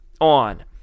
on